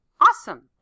awesome